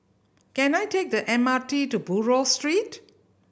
can I take the M R T to Buroh Street